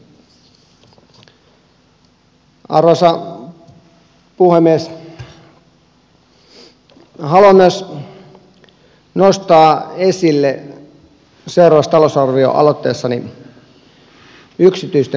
haluan myös nostaa esille seuraavassa talousarvioaloitteessani yksityisten koulujen eriarvoisen tilanteen